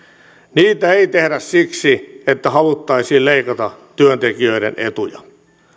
niitä ei tehdä siksi että haluttaisiin leikata työntekijöiden etuja